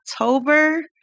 October